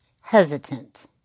hesitant